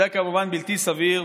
זה כמובן בלתי סביר,